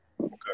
Okay